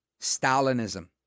Stalinism